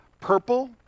purple